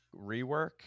rework